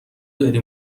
داری